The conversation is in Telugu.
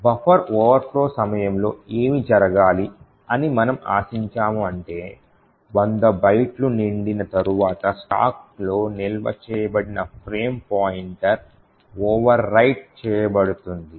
బఫర్ ఓవర్ఫ్లో సమయంలో ఏమి జరగాలి అని మనం ఆశించాము అంటే 100 బైట్లు నిండిన తరువాత స్టాక్లో నిల్వ చేయబడిన ఫ్రేమ్ పాయింటర్ ఓవర్ రైట్ చేయబడుతుంది